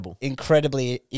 incredibly